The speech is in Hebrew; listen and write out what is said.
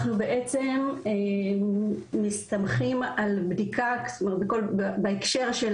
אנחנו בעצם מסתמכים על בדיקה בהקשר של